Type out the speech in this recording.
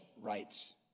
rights